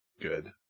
good